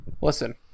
Listen